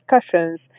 discussions